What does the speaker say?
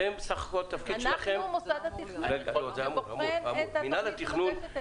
אנחנו מוסד התכנון שבוחן את התוכנית.